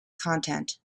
content